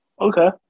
okay